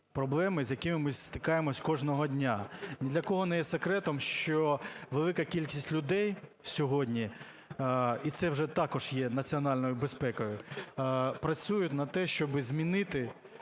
проблеми, з якими ми стикаємося кожного дня. Ні для кого не є секретом, що велика кількість людей сьогодні, і це вже також є національною безпекою, працюють на те, щоби змінити